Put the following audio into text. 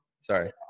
Sorry